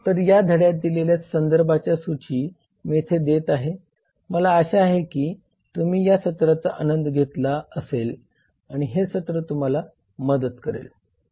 तर या धड्यात दिलेल्या संदर्भांची सूची मी येथे देत आहे मला आशा आहे की तुम्ही या सत्राचा आनंद घेतला असेल आणि हे सत्र तुम्हाला मदत करेल